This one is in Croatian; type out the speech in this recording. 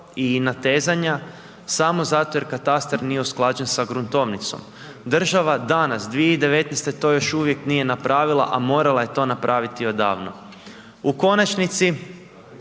i natezanja samo zato jer katastar nije usklađen sa gruntovnicom. Država danas 2019. to još uvijek nije napravila, a morala je to napraviti odavno. U konačnici,